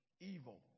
evil